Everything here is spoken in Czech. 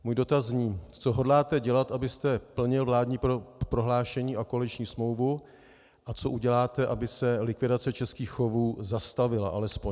Můj dotaz zní: Co hodláte dělat, abyste plnil vládní prohlášení a koaliční smlouvu, a co uděláte, aby se likvidace českých chovů zastavila alespoň.